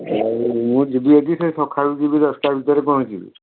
ଆଉ ମୁଁ ଯିବି ଯଦି ସେଇ ସଖାଳୁ ଯିବି ଦଶଟା ଭିତରେ ପହଞ୍ଚିବି